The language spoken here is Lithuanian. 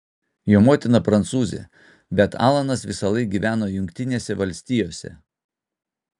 jo motina prancūzė bet alanas visąlaik gyveno jungtinėse valstijose